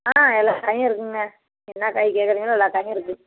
ஆ எல்லா காயும் இருக்குங்க என்ன காய் கேட்குறீங்களோ எல்லா காயும் இருக்கு